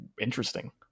interesting